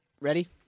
Ready